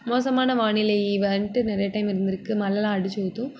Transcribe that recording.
மோசமான வானிலை வந்துட்டு நிறைய டைம் இருந்திருக்கு மழைலாம் அடித்து ஊற்றும்